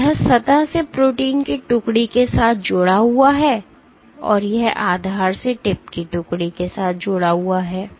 तो यह सतह से प्रोटीन की टुकड़ी के साथ जुड़ा हुआ है और यह आधार से टिप की टुकड़ी के साथ जुड़ा हुआ है